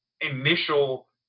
initial